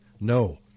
No